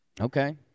Okay